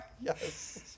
Yes